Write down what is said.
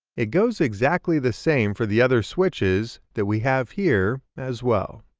it goes exactly the same for the other switches that we have here as well.